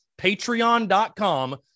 patreon.com